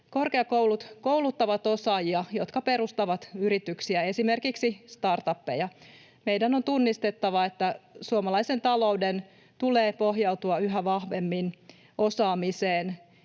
Korkeakoulut kouluttavat osaajia, jotka perustavat yrityksiä, esimerkiksi startupeja. Meidän on tunnistettava, että suomalaisen talouden tulee pohjautua yhä vahvemmin osaamiseen